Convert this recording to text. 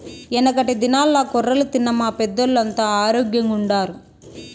యెనకటి దినాల్ల కొర్రలు తిన్న మా పెద్దోల్లంతా ఆరోగ్గెంగుండారు